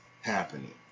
happening